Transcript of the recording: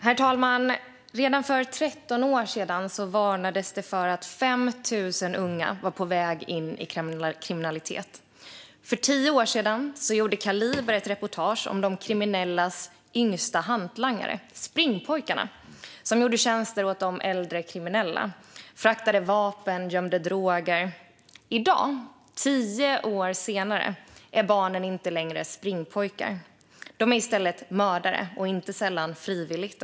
Herr talman! Redan för 13 år sedan varnades det för att 5 000 unga var på väg in i kriminalitet. För 10 år sedan gjorde Kaliber ett reportage om de kriminellas yngsta hantlangare, springpojkarna, som gjorde tjänster åt de äldre kriminella. De fraktade vapen och gömde droger. I dag, 10 år senare, är barnen inte längre springpojkar. De är i stället mördare, inte sällan frivilligt.